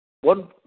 One